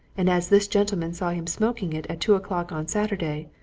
and as this gentleman saw him smoking it at two o'clock on saturday,